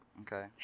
Okay